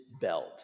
belt